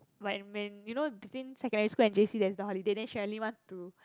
like when you know between secondary school and j_c there's a holiday then Sherilyn want to